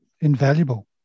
invaluable